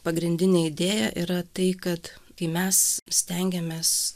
pagrindinė idėja yra tai kad kai mes stengiamės